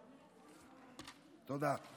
תודה.